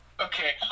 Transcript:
Okay